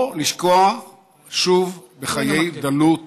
או לשקוע שוב בחיי דלות